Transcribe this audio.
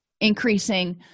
increasing